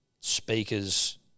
Speakers